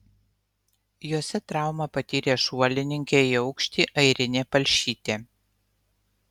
jose traumą patyrė šuolininkė į aukštį airinė palšytė